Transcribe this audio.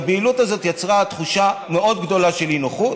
הבהילות הזאת יצרה תחושה מאוד גדולה של אי-נוחות.